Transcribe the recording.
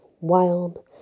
wild